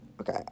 okay